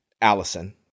Allison